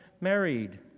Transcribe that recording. married